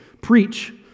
preach